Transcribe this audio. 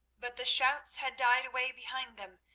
but the shouts had died away behind them,